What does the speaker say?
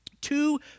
Two